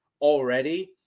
already